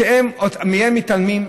שמהם מתעלמים,